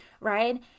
Right